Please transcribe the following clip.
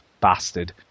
bastard